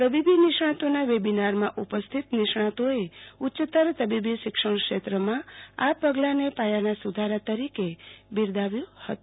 તબીબી નિષ્ણાંતોના વેબિનારમાં ઉપસ્થિત નિષ્ણાંતોએ ઉચ્યતર તબીબી શિક્ષણ ક્ષેત્રમાં આ પગલાને પાયાના સુધારા તરીકે બિરદાવ્યુ હતું